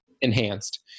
enhanced